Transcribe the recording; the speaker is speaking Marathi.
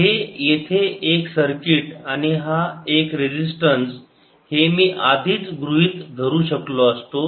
हे येथे एक सर्किट आणि हा एक रेजिस्टन्स हे मी आधीच गृहीत धरू शकलो असतो